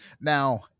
Now